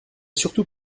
surtout